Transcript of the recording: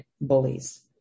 Bullies